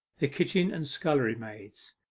the kitchen and scullery maids.